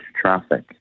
traffic